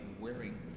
wearing